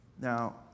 Now